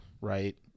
right